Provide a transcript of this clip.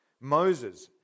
Moses